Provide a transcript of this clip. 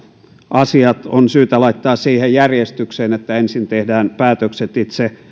asiat on syytä laittaa siihen järjestykseen että ensin tehdään päätökset itse